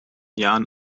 jahren